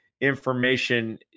information